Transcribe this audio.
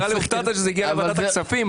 נראה לי שהופתעת שזה הגיע לוועדת הכספים.